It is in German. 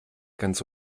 ganz